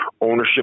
ownership